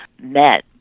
met